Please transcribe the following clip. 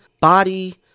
body